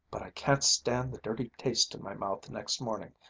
but i can't stand the dirty taste in my mouth the next morning.